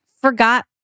forgot